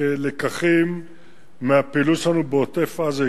כלקחים מהפעילות שלנו בעוטף-עזה,